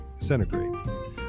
centigrade